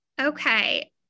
Okay